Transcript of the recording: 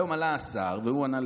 היום עלה השר, והוא ענה על